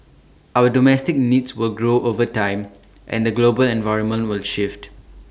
our domestic needs will grow over time and the global environment will shift